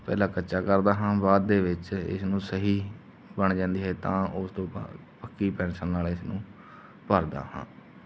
ਪਹਿਲਾਂ ਕੱਚਾ ਕਰਦਾ ਹਾਂ ਬਾਅਦ ਦੇ ਵਿੱਚ ਇਸਨੂੰ ਸਹੀ ਬਣ ਜਾਂਦੀ ਹੈ ਤਾਂ ਉਸ ਤੋਂ ਬਾਅਦ ਪੱਕੀ ਪੈਂਸਿਲ ਨਾਲ ਇਸਨੂੰ ਭਰਦਾ ਹਾਂ